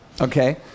okay